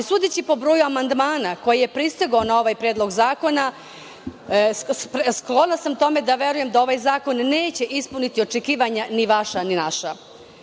EU.Sudeći po broju amandmana koji je pristigao na ovaj predlog zakona, sklona sam tome da verujem da ovaj zakon neće ispuniti očekivanja ni vaša, a ni naša. Da